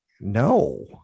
No